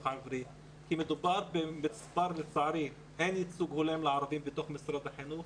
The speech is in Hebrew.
העברי כי לצערי מדובר בכך שאין ייצוג הולם לערבים בתוך משרד החינוך,